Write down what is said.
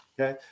Okay